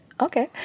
Okay